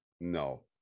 No